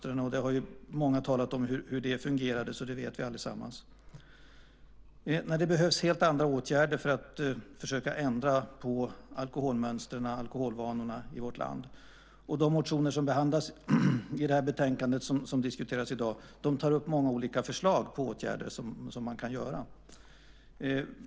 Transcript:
Hur det fungerade har många talat om, så det vet vi allesammans. Det behövs helt andra åtgärder för att försöka ändra alkoholvanorna i vårt land. De motioner som behandlas i det betänkande som diskuteras i dag tar upp många olika förslag på åtgärder som man kan vidta.